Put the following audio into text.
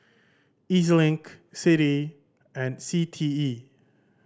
E Z Link CITI and C T E